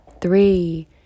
three